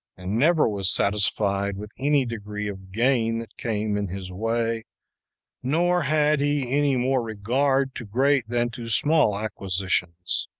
and never was satisfied with any degree of gain that came in his way nor had he any more regard to great than to small acquisitions,